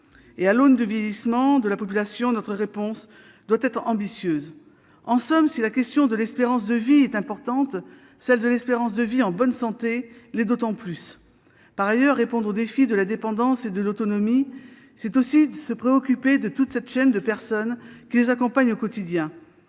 À l'aune du vieillissement de la population, notre réponse doit être ambitieuse. En somme, si la question de l'espérance de vie est importante, celle de l'espérance de vie en bonne santé l'est d'autant plus. Par ailleurs, répondre aux défis de la dépendance et de l'autonomie, c'est aussi se préoccuper de toute cette chaîne de personnes qui les accompagnent au quotidien.